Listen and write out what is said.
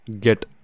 get